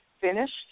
finished